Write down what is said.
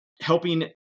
helping